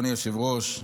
אדוני היושב-ראש,